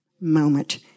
moment